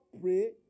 pray